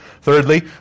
Thirdly